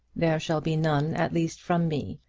there shall be none at least from me.